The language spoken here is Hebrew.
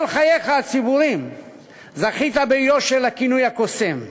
כל חייך הציבוריים זכית ביושר לכינוי "הקוסם",